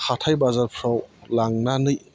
हाथाय बाजारफ्राव लांनानै